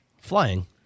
Flying